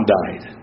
died